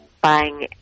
buying